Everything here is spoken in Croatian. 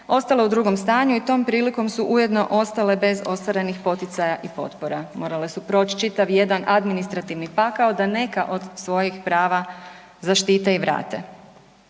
ostale u drugom stanju i tom prilikom su ujedno ostale bez ostvarenih poticaja i potpora, morale su proć čitav jedan administrativni pakao da neka od svojih prava zaštite i vrate.